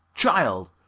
child